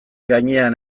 gainean